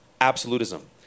Absolutism